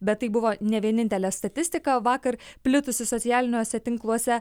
bet tai buvo ne vienintelė statistika vakar plitusi socialiniuose tinkluose